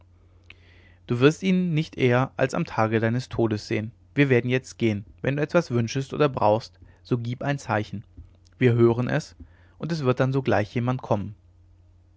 du wirst ihn nicht eher als am tage deines todes sehen wir werden jetzt gehen wenn du etwas wünschest oder brauchst so gieb ein zeichen wir hören es und es wird dann sogleich jemand kommen